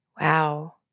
Wow